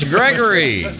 Gregory